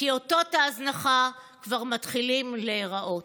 כי אותות ההזנחה כבר מתחילים להיראות.